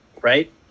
right